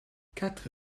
quatre